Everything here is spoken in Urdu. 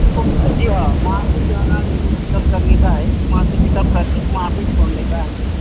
جی ہاں وہاں سے جو ہے نا میرے کو پک اپ کرنے کا ہے وہاں سے پک اپ کر کے وہاں پہ چھوڑنے کا ہے میرے کو